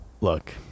look